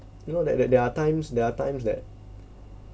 you know that that there are times there are times that